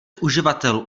uživatelů